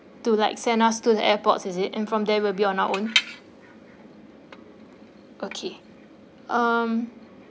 to like send us to the airports is it and from there we'll be on our own okay um